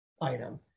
item